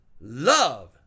love